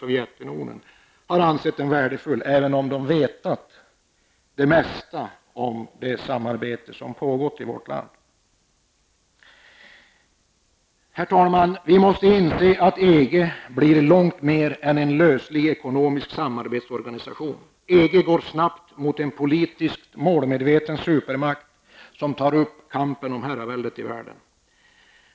Sovjetunionen, har ansett den värdefull, även om de har vetat det mesta om det samarbete som har pågått i vårt land. Herr talman! Vi måste inse att EG blir långt mer än en löslig ekonomisk samarbetsorganisation. EG utvecklas i snabb takt mot en politiskt målmedveten supermakt som tar upp kampen om herravälde i världen.